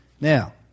Now